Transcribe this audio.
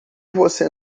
você